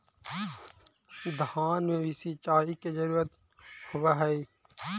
धान मे भी सिंचाई के जरूरत होब्हय?